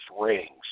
rings